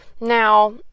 Now